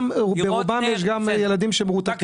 ברובם יש גם ילדים שמרותקים.